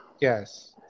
yes